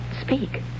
speak